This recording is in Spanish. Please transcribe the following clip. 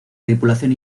tripulación